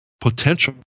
potential